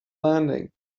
landing